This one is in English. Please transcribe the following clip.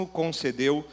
concedeu